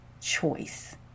choice